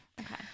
Okay